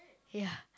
ya